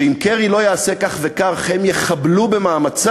שאם קרי לא יעשה כך וכך הם יחבלו במאמציו,